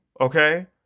Okay